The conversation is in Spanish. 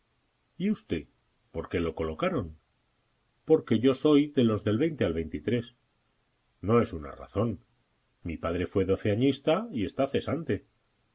y usted por qué lo colocaron porque yo soy de los del a no es una razón mi padre fue doceañista y está cesante